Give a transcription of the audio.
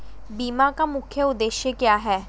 बीमा का मुख्य उद्देश्य क्या है?